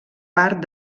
part